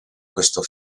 questo